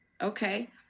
Okay